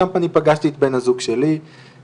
שם אני פגשתי את בן הזוג שלי שיחיה.